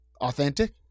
Authentic